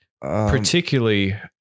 Particularly